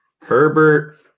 Herbert